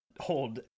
hold-